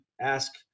ask